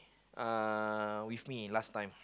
uh with me last time